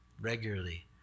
regularly